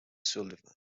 sullivan